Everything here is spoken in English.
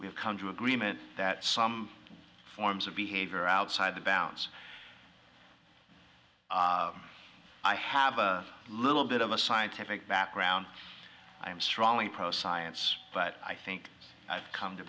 have come to agreement that some forms of behavior outside the bounds i have a little bit of a scientific background i'm strongly pro science but i think i've come to